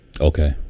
Okay